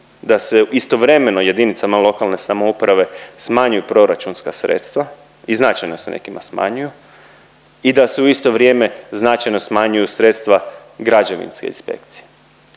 da se istovremeno jedinicama lokalne samouprave smanjuju proračunska sredstva i značajno se nekima smanjuju i da se u isto vrijeme značajno smanjuju sredstva građevinske inspekcije.